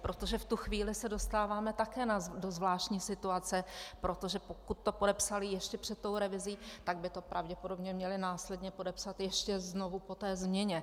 Protože v tu chvíli se dostáváme také do zvláštní situace, protože pokud to podepsaly ještě před tou revizí, tak by to pravděpodobně měly následně podepsat ještě znovu po té změně.